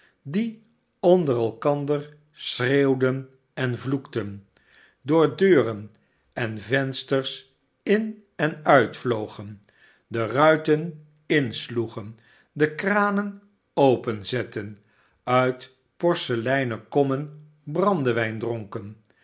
die onder elkander schreeuwden en vloekten aoor aeuren en venster in en uitvlogen de ruiten insloegen de de plunderaars in de meiboom kranen openzetten uit porseleinen kommen brandewijn dronken